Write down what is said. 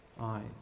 eyes